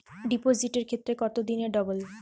ডিপোজিটের ক্ষেত্রে কত দিনে ডবল?